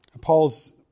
Paul's